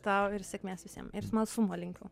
tau ir sėkmės visiem ir smalsumo linkiu